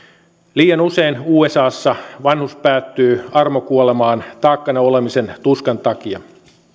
liian usein usassa vanhus päätyy armokuolemaan taakkana olemisen tuskan takia